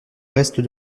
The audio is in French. reste